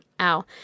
ow